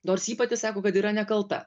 nors ji pati sako kad yra nekalta